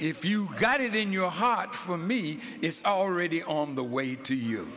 if you got it in your heart for me it's already on the way to you